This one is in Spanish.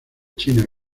china